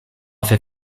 fait